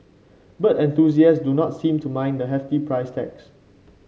bird enthusiast do not seem to mind the hefty price tags